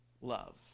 love